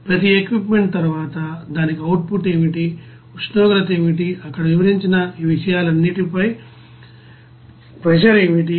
ప్రతి equipment తరువాత దానికి అవుట్ పుట్ ఏమిటి ఉష్ణోగ్రత ఏమిటి ఇక్కడ వివరించిన ఈ విషయాలన్నింటిపై ఒత్తిడి ఏమిటి